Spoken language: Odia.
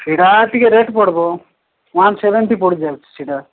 ସେଇଟା ଟିକେ ରେଟ୍ ପଡ଼ିବ ୱାନ୍ ସେଭେଣ୍ଟି ପଡ଼ିିଯାଉଛି ସେଟା